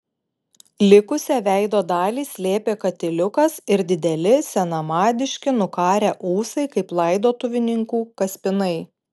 likusią veido dalį slėpė katiliukas ir dideli senamadiški nukarę ūsai kaip laidotuvininkų kaspinai